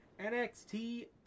nxt